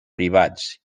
privats